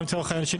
לצורך העניין,